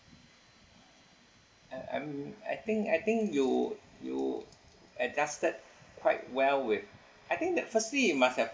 uh um I think I think you you adjusted quite well with I think that firstly you must have